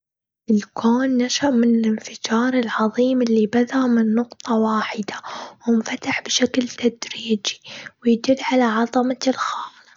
الكون نشأ من الإنفجار العظيم اللي بدأ من نقطة واحدة، وانفتح بشكل تدريجي، ويدل على عظمة الخالق.